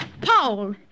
Paul